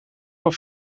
van